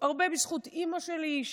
הרבה בזכות אימא שלי,